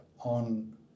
on